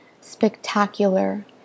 spectacular